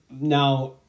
now